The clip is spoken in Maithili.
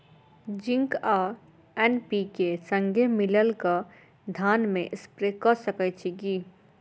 जिंक आ एन.पी.के, संगे मिलल कऽ धान मे स्प्रे कऽ सकैत छी की?